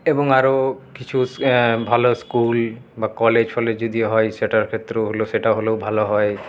এবং আরও কিছু ভালো স্কুল বা কলেজ ফলেজ যদি হয় সেটার ক্ষেত্রে হলেও সেটা হলেও ভালো হয়